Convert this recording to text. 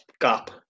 gap